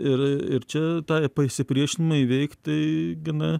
ir ir čia tą pasipriešinimą įveikti gana